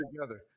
together